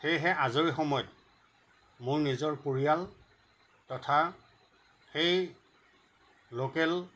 সেয়েহে আজৰি সময়ত মোৰ নিজৰ পৰিয়াল তথা সেই লোকেল